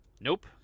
Nope